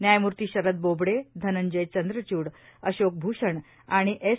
न्यायमूर्ती शरद बोबडे धनंजय चंद्रच्ड अशोक भूषण आणि एस